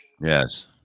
Yes